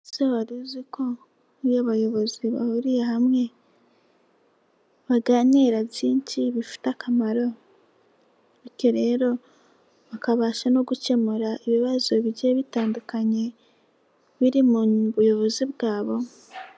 Ese wari uzi ko iyo abayobozi bahuriye hamwe, baganira byinshi bifite akamaro bityo rero bakabasha no gukemura ibibazo bigiye bitandukanye biri mu buyobozi bwabo.